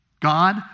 God